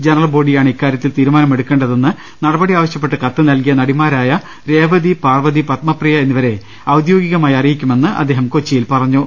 general ബോഡിയാണ് ഇക്കാര്യത്തിൽ തീരുമാനമെടുക്കേ ണ്ടതെന്ന് നടപടി ആവശ്യപ്പെട്ട് കത്തു നൽകിയ നടിമാരായ രേവതി പാർവതി പത്മപ്രിയ എന്നിവരെ ഔദ്യോഗികമായി അറിയിക്കുമെന്നും അദ്ദേഹം കൊച്ചിയിൽ പറഞ്ഞു